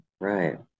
right